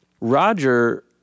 Roger